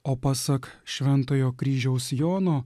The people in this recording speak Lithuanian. o pasak šventojo kryžiaus jono